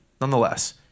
Nonetheless